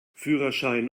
führerschein